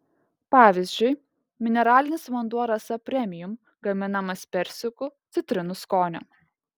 pavyzdžiui mineralinis vanduo rasa premium gaminamas persikų citrinų skonio